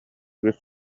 кыыс